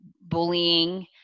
bullying